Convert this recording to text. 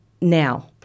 now